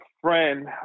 friend